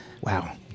Wow